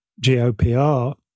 GOPR